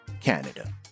Canada